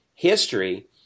History